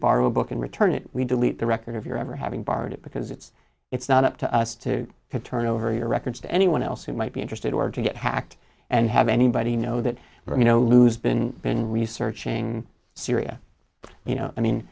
return it we delete the record if you're ever having borrowed it because it's it's not up to us to turn over your records to anyone else who might be interested or to get hacked and have anybody know that but you know lose been been researching syria you know i mean